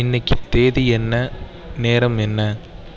இன்றைக்கி தேதி என்ன நேரம் என்ன